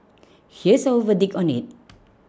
here's our verdict on it